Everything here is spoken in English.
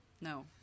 no